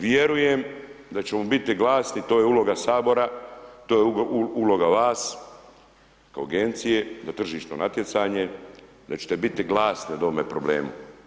Vjerujem da ćemo biti glasni, to je uloga Sabora, to je uloga vas kao agencije, tržišno natjecanje, da ćete biti glasni o ovome problemu.